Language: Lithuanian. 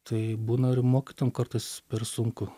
tai būna ir mokytojam kartais per sunku